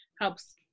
helps